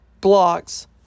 blocks